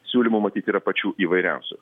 siūlymų matyt yra pačių įvairiausių